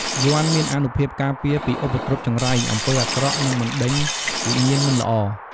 យ័ន្តមានអានុភាពការពារពីឧបទ្រពចង្រៃ អំពើអាក្រក់ និងបណ្តេញវិញ្ញាណមិនល្អ។